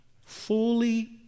fully